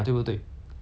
看 liao hor